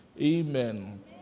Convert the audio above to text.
Amen